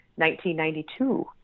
1992